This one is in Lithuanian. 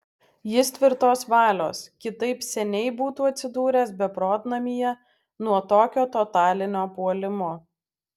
jis tvirtos valios kitaip seniai būtų atsidūręs beprotnamyje nuo tokio totalinio puolimo